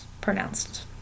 pronounced